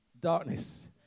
darkness